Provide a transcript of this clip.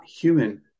human